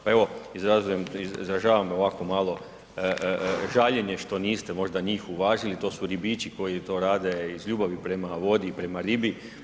Pa evo izražavam ovako malo žaljenje što niste možda njih uvažili, to su ribiči koji to rade iz ljubavi prema vodi i prema ribi.